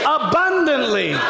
abundantly